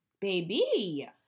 Baby